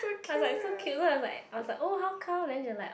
I'm like so cute look I'm like I was like oh how come then she was like